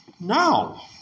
Now